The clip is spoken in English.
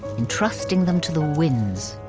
entrusting them to the winds,